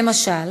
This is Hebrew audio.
למשל